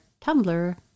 Tumblr